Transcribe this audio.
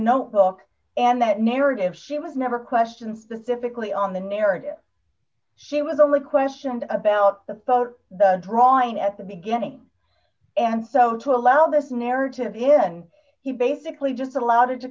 notebook and that narrative she was never questions the difficulty on the narrative she was only questioned about the boat drawing at the beginning and so to allow this narrative if he basically just allowed it to